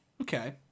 Okay